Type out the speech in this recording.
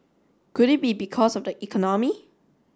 could it be because of the economy